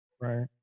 right